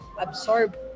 absorb